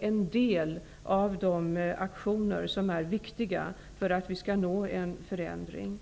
en av de aktioner som är viktiga för att vi skall nå en förändring.